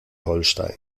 holstein